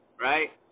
right